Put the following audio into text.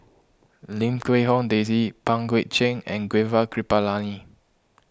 Lim Quee Hong Daisy Pang Guek Cheng and Gaurav Kripalani